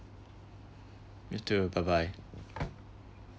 you too bye bye